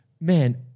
Man